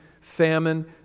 famine